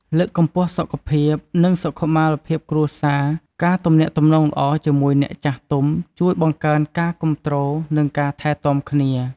លើកកម្ពស់សុខភាព និងសុខុមាលភាពគ្រួសារ ការទំនាក់ទំនងល្អជាមួយអ្នកចាស់ទុំជួយបង្កើនការគាំទ្រនិងការថែទាំគ្នា។